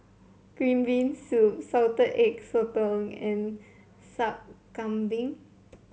Green Bean Soup Salted Egg Sotong and Sup Kambing